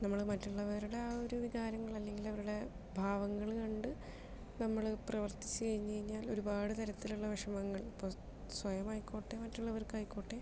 നമ്മൾ മറ്റുള്ളവരുടെ ആ ഒരു വികാരങ്ങൾ അല്ലെങ്കിൽ അവരുടെ ഭാവങ്ങൾ കണ്ട് നമ്മൾ പ്രവർത്തിച്ചു കഴിഞ്ഞു കഴിഞ്ഞാൽ ഒരുപാട് തരത്തിലുള്ള വിഷമങ്ങൾ ഇപ്പോൾ സ്വയം ആയിക്കോട്ടെ മറ്റുള്ളവർക്ക് ആയിക്കോട്ടെ